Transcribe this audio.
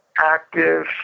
active